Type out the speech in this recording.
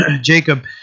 Jacob